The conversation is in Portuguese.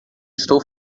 estou